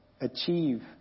achieve